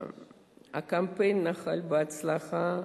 הקמפיין נחל הצלחה.